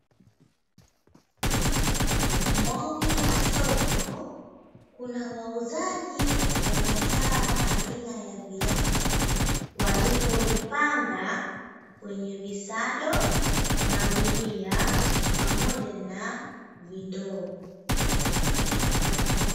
Ndani ya soko kuna wauzaji wa mazao aina ya viazi, walivyovipanga kwenye visado magunia pamoja na vindoo.